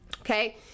Okay